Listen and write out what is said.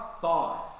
five